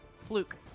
Fluke